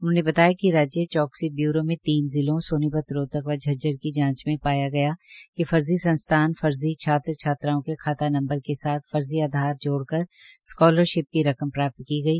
उन्होंने बताया कि राज्य चौकसी बय्रों में तीन जिलो सोनीपत रोहतक व झज्जर की जांच मे पाया गया कि फर्जी संस्थान फर्जी छात्र छात्राओं के खाता नंबर के साथ फर्जी आधार जोड़कर स्कोलरशिप की रकम प्राप्त की गई